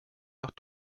noch